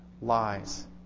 lies